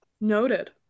Noted